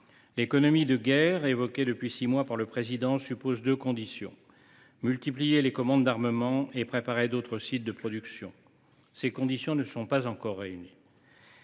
L’économie de guerre évoquée depuis six mois par le Président de la République suppose deux conditions : multiplier les commandes d’armement et préparer d’autres sites de production. Ces conditions ne sont pas encore réunies.